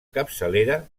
capçalera